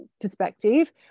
perspective